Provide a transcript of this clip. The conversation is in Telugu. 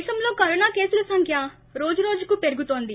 దేశంలో కరోనా కేసుల సంఖ్య రోజు రోజుకూ పెరుగుతోంది